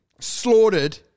slaughtered